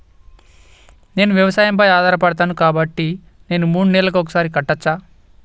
నేను వ్యవసాయం పై ఆధారపడతాను కాబట్టి నేను మూడు నెలలకు ఒక్కసారి కట్టచ్చా?